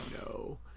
no